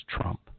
Trump